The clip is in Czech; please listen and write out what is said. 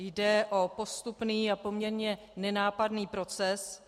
Jde o postupný a poměrně nenápadný proces.